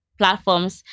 platforms